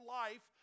life